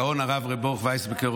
הגאון הרב ברוך ויסבקר,